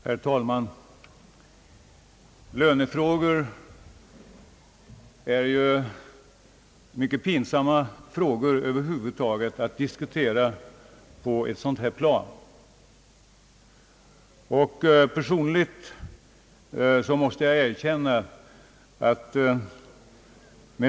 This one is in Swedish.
Herr talman! Det är över huvud taget pinsamt att diskutera lönefrågor på ett plan som detta.